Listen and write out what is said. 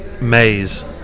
maze